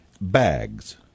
bags